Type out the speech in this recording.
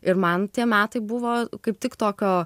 ir man tie metai buvo kaip tik tokio